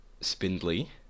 spindly